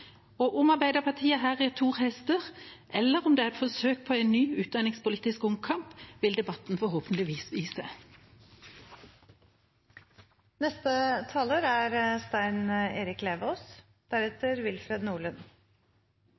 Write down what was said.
Om Arbeiderpartiet her rir to hester, eller om det er et forsøk på en ny utdanningspolitisk omkamp, vil debatten forhåpentligvis